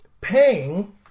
paying